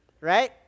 Right